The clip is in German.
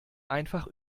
einfach